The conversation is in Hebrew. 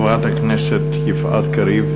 חבר הכנסת אחמד טיבי.